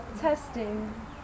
Testing